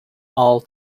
all